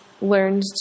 learned